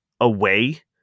away